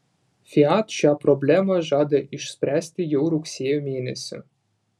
fiat šią problemą žada išspręsti jau rugsėjo mėnesį